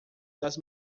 das